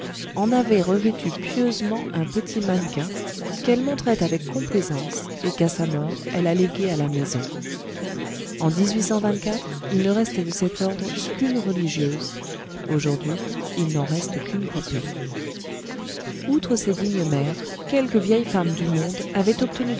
en avait revêtu pieusement un petit mannequin qu'elle montrait avec complaisance et qu'à sa mort elle a légué à la maison en il ne restait de cet ordre qu'une religieuse aujourd'hui il n'en reste qu'une poupée outre ces dignes mères quelques vieilles femmes du monde avaient obtenu